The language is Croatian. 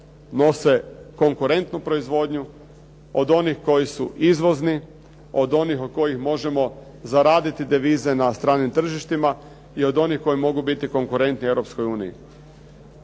nose konkurentnu proizvodnju, od onih koji su izvozni, od onih od kojih možemo zaraditi devize na stranim tržištima i od onih koji mogu biti konkurenti Europskoj uniji.